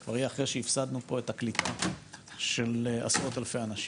זה כבר יהיה אחרי שהפסדנו פה את הקליטה של עשרות אלפי אנשים.